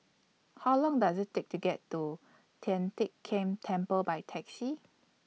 How Long Does IT Take to get to Tian Teck Keng Temple By Taxi